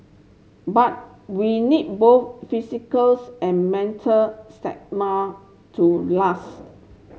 but we need both physicals and mental to last